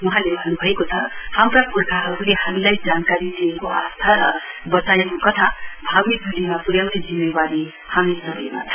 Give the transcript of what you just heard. वहाँले भन्नुभएको छ हाम्रा पुर्खाहरूले हामीलाई जानकारी दिएको आस्था र वचाइको कथा भावी पिढ़ीमा प्र्याउने जिम्मेवारी हामी सबैमा छ